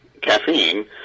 caffeine